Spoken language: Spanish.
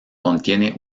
contiene